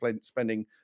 spending